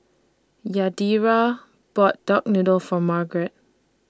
Yadira bought Duck Noodle For Margrett